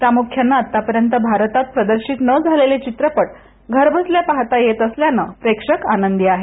प्रामुख्याने आतापर्यंत भारतात प्रदर्शित न झालेले चित्रपट घरबसल्या पाहता येत असल्याने प्रेक्षक आनंदी आहेत